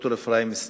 ד"ר אפרים סנה,